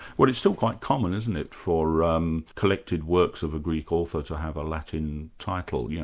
well it's still quite common isn't it, for um collected works of a greek author to have a latin title, yeah